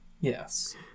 yes